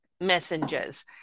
messengers